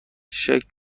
شکل